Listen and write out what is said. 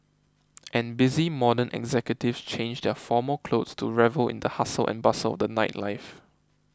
and busy modern executives change their formal clothes to revel in the hustle and bustle of the nightlife